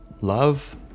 love